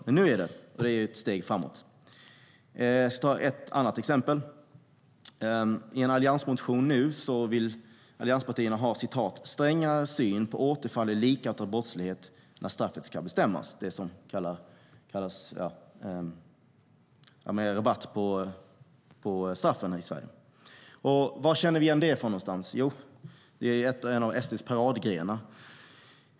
Men nu är det intressant, och det är ett steg framåt. Låt mig ta ett annat exempel. Enligt en alliansmotion vill allianspartierna ha strängare syn på återfall i likartad brottslighet när straffet ska bestämmas, det som i Sverige kallas straffrabatt. Vad känner vi igen detta från? Jo, det är en av SD:s paradgrenar.